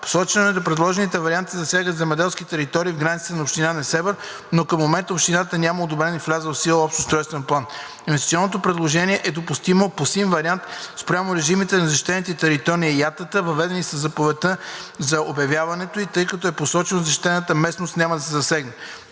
Посочено е, че предложените варианти засягат земеделски територии в границата на община Несебър, но към момента общината няма одобрен и влязъл в сила Общ устройствен план. Инвестиционното предложение е допустимо по син вариант, спрямо режимите на защитената територия „Яйлата“, въведени със заповедта за обявяването ѝ, тъй като е посочено, че защитената местност няма да се засегне.